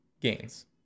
gains